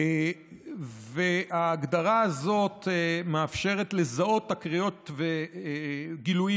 ההגדרה הזאת מאפשרת לזהות תקריות וגילויים